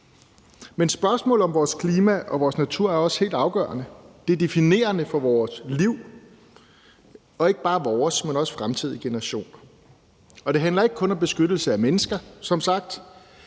Men spørgsmålet om vores klima og vores natur er også helt afgørende. Det er definerende for vores liv, ikke bare vores, men også fremtidige generationers, og det handler som sagt ikke kun om beskyttelse af mennesker.